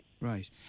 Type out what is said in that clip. Right